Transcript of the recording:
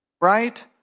right